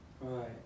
right